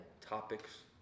topics